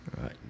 right